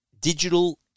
digital